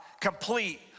complete